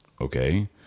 okay